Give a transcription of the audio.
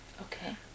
Okay